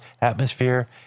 atmosphere